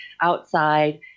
outside